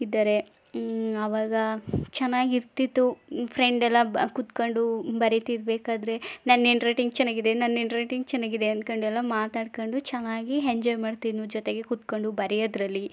ಇದ್ದರೆ ಆವಾಗ ಚೆನ್ನಾಗಿರ್ತಿತ್ತು ಫ್ರೆಂಡ್ ಎಲ್ಲ ಬ ಕೂತ್ಕೊಂಡು ಬರಿತಿರ್ಬೇಕಾದ್ರೆ ನನ್ನ ಆ್ಯಂಡ್ ರೈಟಿಂಗ್ ಚೆನ್ನಾಗಿದೆ ನನ್ನ ಆ್ಯಂಡ್ ರೈಟಿಂಗ್ ಚೆನ್ನಾಗಿದೆ ಅಂದ್ಕೊಂಡು ಎಲ್ಲ ಮಾತಾಡ್ಕೊಂಡು ಚೆನ್ನಾಗಿ ಹೆಂಜಾಯ್ ಮಾಡ್ತಿದ್ನು ಜೊತೆಗೆ ಕೂಡ್ಕೊಂಡು ಬರೆಯೋದ್ರಲ್ಲಿ